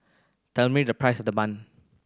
tell me the price of the bun